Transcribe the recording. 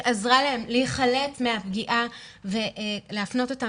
שעזרה להם להיחלץ מהפגיעה ולהפנות אותם